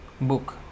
book